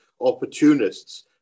opportunists